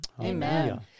Amen